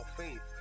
faith